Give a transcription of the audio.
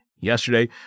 Yesterday